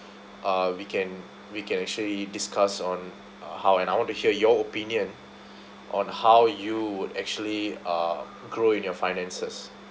uh we can we can actually discuss on uh how and I want to hear your opinion on how you would actually uh grow in your finances